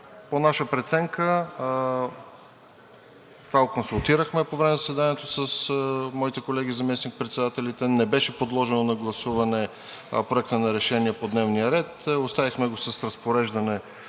По наша преценка, това го консултирахме по време на заседанието с моите колеги заместник-председателите, не беше подложен на гласуване Проекта на решение по дневния ред, оставихме го с разпореждане